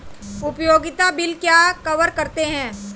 उपयोगिता बिल क्या कवर करते हैं?